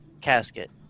casket